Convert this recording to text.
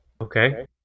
Okay